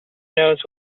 knows